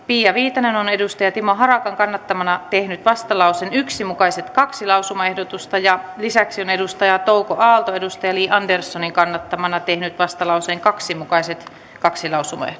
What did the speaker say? pia viitanen on timo harakan kannattamana tehnyt vastalauseen yksi mukaiset kaksi lausumaehdotusta lisäksi touko aalto on li anderssonin kannattamana tehnyt vastalauseen kaksi mukaiset kaksi